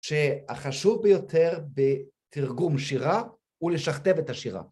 שהחשוב ביותר בתרגום שירה, הוא לשכתב את השירה.